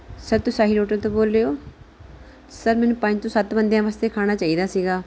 sir ਤੁ Sahil hotel ਤੋਂ ਬੋਲ ਰਹੇ ਹੋ ਸਰ ਮੈਨੂੰ ਪੰਜ ਤੋਂ ਸੱਤ ਬੰਦਿਆਂ ਵਾਸਤੇ ਖਾਣਾ ਚਾਹੀਦਾ ਸੀਗਾ